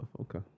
Okay